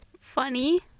Funny